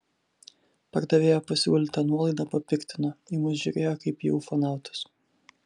pardavėjo pasiūlyta nuolaida papiktino į mus žiūrėjo kaip į ufonautus